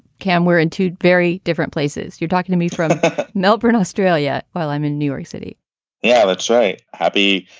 cam we're in two very different places. you're talking to me from melbourne australia. while i'm in new york city yeah that's right happy.